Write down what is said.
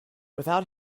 without